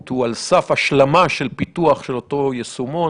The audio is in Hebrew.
הוא על סף השלמה של פיתוח של אותו יישומון,